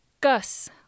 Gus